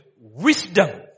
wisdom